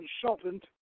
consultant